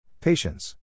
Patience